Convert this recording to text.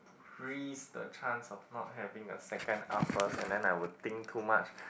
risk the chance of not having a second uppers and then I will think too much